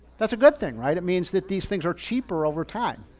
that's a good thing, right? it means that these things are cheaper over time.